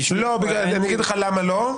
ואני אגיד לך למה לא: